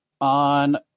on